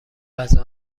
غذا